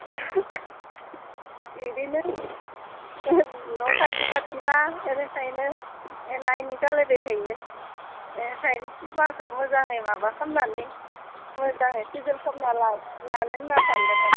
इदिनो न' खाथि खाथिना एनिखायनो एना एनि जालायबाय थायो एनिखायनो सिमाखो मोजाङै माबा खामनानै मोजाङै सिजोल खामना लानो होनना सानदोंमोन